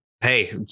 Hey